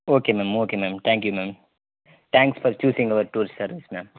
okay ma'am okay ma'am thank you ma'am thanks for choosing our tour service ma'am